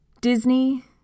disney